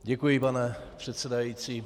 Děkuji, pane předsedající.